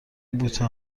بوته